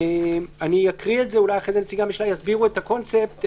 אני אקריא ואחרי זה נציגי הממשלה יסבירו את הקונספט,